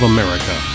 America